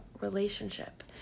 relationship